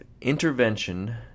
intervention